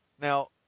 Now